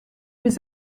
was